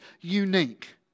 unique